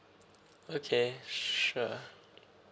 okay sure